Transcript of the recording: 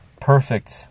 perfect